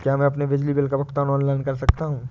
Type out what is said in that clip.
क्या मैं अपने बिजली बिल का भुगतान ऑनलाइन कर सकता हूँ?